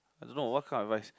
I don't know what kind of rice